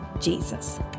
Jesus